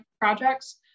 projects